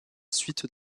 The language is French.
suite